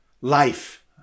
life